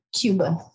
Cuba